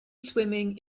swimming